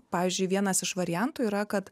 pavyzdžiui vienas iš variantų yra kad